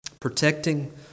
protecting